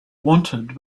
wanted